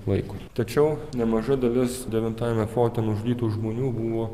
laikui tačiau nemaža dalis devintajame forte nužudytų žmonių buvo